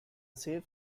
safe